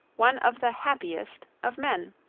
one of the happiest of men.